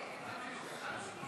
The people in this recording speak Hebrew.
חברי הכנסת,